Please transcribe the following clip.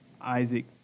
Isaac